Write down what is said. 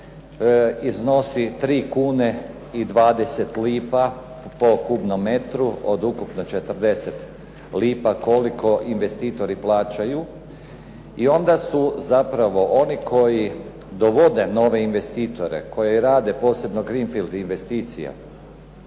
iznosi 3 kune i 20 lipa po kubnom metru od ukupno 40 lipa koliko investitori plaćaju i onda su zapravo oni koji dovode nove investitore, koji rade, posebno "Greenfield investicija"